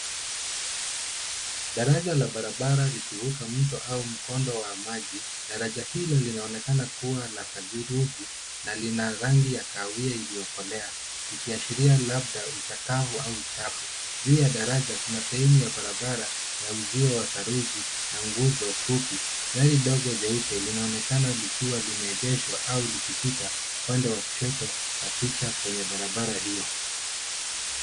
Daraja la barabara likivuka mto au mkondo wa maji. Daraja hilo linaonekana kuwa la saruji na lina rangi ya kahawia iliyokolea, ikiashiria labda uchakavu au uchafu. Juu ya daraja, kuna sehemu ya barabara ya uzio wa saruji na nguzo fupi. Gari dogo jeupe linaonekana likiwa limeegeshwa au likipita pande wa kushoto wa picha kwenye barabara hiyo.